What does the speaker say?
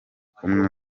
kumwe